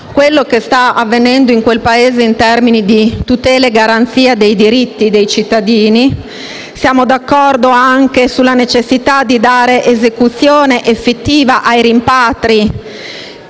quello che sta avvenendo in quel Paese in termini di tutela e di garanzia dei diritti dei cittadini. Siamo d'accordo anche sulla necessità di dare esecuzione effettiva ai rimpatri